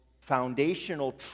foundational